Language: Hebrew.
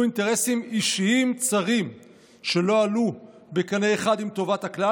אינטרסים אישיים צרים שלא עלו בקנה אחד עם טובת הכלל.